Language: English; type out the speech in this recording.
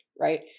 Right